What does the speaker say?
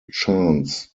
chance